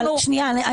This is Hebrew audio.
שנייה,